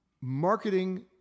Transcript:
marketing